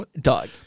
dog